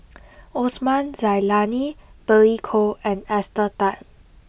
Osman Zailani Billy Koh and Esther Tan